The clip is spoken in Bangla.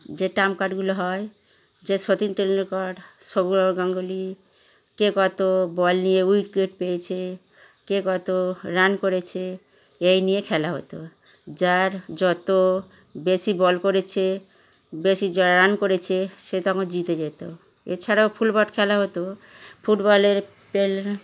যে ট্রাম্প কার্ডগুলো হয় যে সচীন টেন্ডুলকর সৌরব গাঙ্গুলি কে কত বল নিয়ে উইকেট পেয়েছে কে কত রান করেছে এই নিয়ে খেলা হতো যারা যত বেশি বল করেছে বেশি যারা রান করেছে সে তখন জিতে যেত এছাড়াও ফুলবট খেলা হতো ফুটবলের প্লেয়ারদের নিয়ে